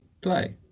play